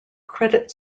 credit